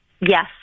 Yes